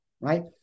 right